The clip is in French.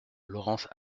laurence